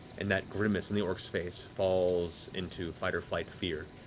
and that grimace on the orc's face falls into fight-or-flight fear.